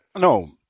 No